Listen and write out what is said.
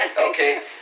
okay